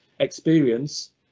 experience